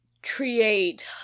create